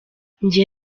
njye